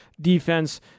defense